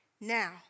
now